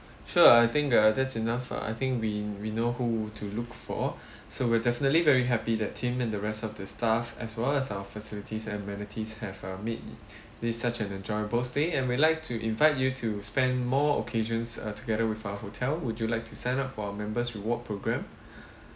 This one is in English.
sure I think uh that's enough I think we we know who to look for so we're definitely very happy that tim and the rest of the staff as well as our facilities and amenities have uh made this such an enjoyable stay and we'd like to invite you to spend more occasions uh together with our hotel would you like to sign up for a member's reward program